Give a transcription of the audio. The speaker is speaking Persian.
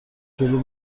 جلو